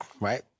right